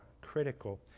critical